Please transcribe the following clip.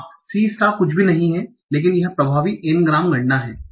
हां c star कुछ भी नहीं है लेकिन यह प्रभावी n ग्राम गणना है